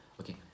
okay